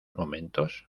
momentos